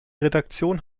redaktion